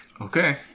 Okay